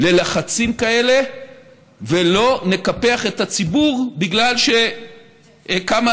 ללחצים כאלה ולא נקפח את הציבור בגלל שכמה